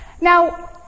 Now